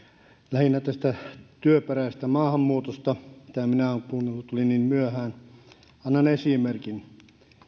lähinnä työperäisestä maahanmuutosta mitä minä olen kuunnellut tulin niin myöhään annan esimerkin